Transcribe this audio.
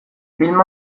film